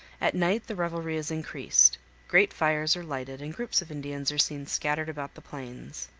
at night the revelry is increased great fires are lighted, and groups of indians are seen scattered about the plains.